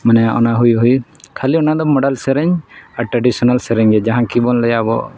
ᱢᱟᱱᱮ ᱦᱩᱭ ᱦᱩᱭ ᱠᱷᱟᱹᱞᱤ ᱚᱱᱟᱫᱚ ᱢᱚᱰᱟᱨᱱ ᱥᱮᱨᱮᱧ ᱟᱨ ᱴᱨᱟᱰᱤᱥᱳᱱᱟᱞ ᱥᱮᱨᱮᱧ ᱜᱮ ᱡᱟᱦᱟᱸ ᱠᱤᱵᱚᱱ ᱞᱟᱹᱭᱟ ᱟᱵᱚ